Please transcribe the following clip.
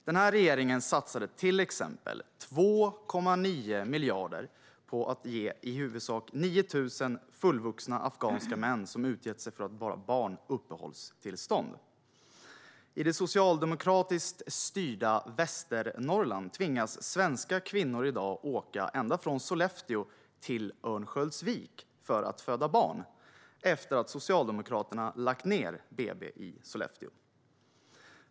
Den här regeringen satsade till exempel 2,9 miljarder på att ge i huvudsak 9 000 fullvuxna afghanska män som har utgett sig för att vara barn uppehållstillstånd. I det socialdemokratiskt styrda Västernorrland tvingas svenska kvinnor i dag att åka ända från Sollefteå till Örnsköldsvik för att föda barn efter att Socialdemokraterna lagt ned BB i Sollefteå.